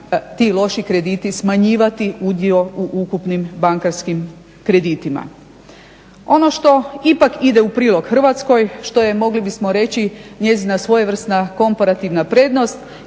ti loši krediti smanjivati udio u ukupnim bankarskim kreditima. Ono što ipak ide u prilog Hrvatskoj, što je mogli bismo reći njezina svojevrsna komparativna prednost